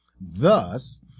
Thus